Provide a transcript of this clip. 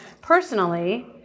personally